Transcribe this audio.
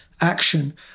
action